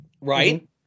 right